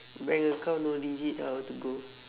bank account one digit how to go